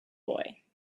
boy